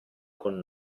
con